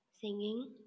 singing